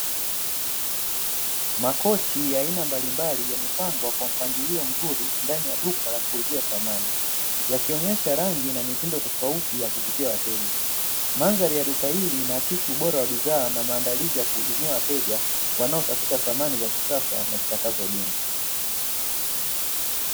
Makochi ya aina mbalimbali yamepangwa kwa mpangilio mzuri ndani ya duka la kuuzia samani yakionyesha rangi na mitindo tofauti yakuvutia wateja. Mandhari ya duka hili inaakisi ubora wa bidhaa na maandalizi ya kuhudumia wateja wanaotafuta samani za kisasa na zitakazodumu.